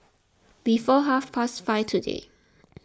before half past five today